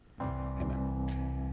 amen